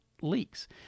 leaks